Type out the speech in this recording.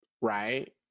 Right